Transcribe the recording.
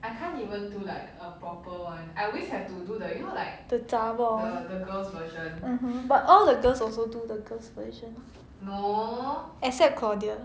the zharbo one mmhmm but all the girls also do the girls version except claudia